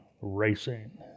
racing